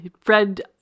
Fred